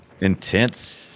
intense